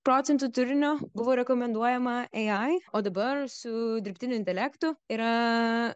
procentų turinio buvo rekomenduojama ai o dabar su dirbtiniu intelektu yra